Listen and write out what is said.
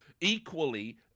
Equally